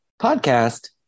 podcast